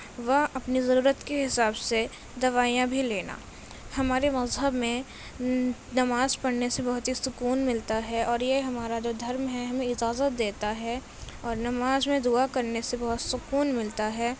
وہ اپنے ضرورت کے حساب سے دوائیاں بھی لینا ہمارے مذہب میں نماز پڑھنے سے بہت ہی سکون ملتا ہے اور یہ ہمارا جو دھرم ہے ہمیں اجازت دیتا ہے اور نماز میں دعا کرنے سے بہت سکون ملتا ہے